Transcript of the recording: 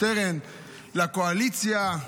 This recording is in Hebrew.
שטרן, לקואליציה: